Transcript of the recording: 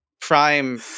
prime